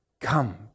Come